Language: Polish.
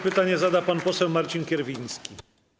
Pytanie zada pan poseł Marcin Kierwiński.